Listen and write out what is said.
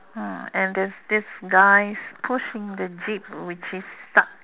ah and there is this guy pushing the jeep which is stuck